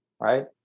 right